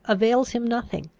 avails him nothing.